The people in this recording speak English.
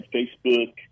Facebook